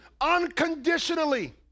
unconditionally